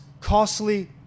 costly